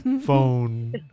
phone